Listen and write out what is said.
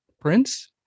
Prince